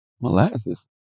Molasses